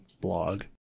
blog